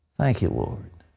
thank you, lord.